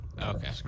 Okay